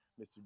mr